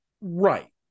Right